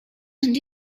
and